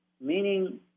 meaning